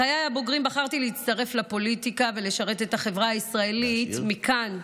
בחיי הבוגרים בחרתי להצטרף לפוליטיקה ולשרת את החברה הישראלית מכאן,